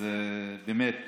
זיכית אותי.